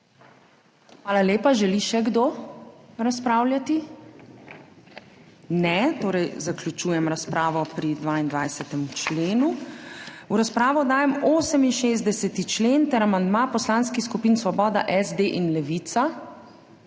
Hvala lepa. Želi še kdo razpravljati? Ne. Zaključujem razpravo pri 22. členu. V razpravo dajem 68. člen ter amandma poslanskih skupin Svoboda, SD in Levica.